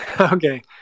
okay